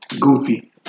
Goofy